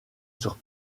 sur